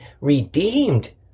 redeemed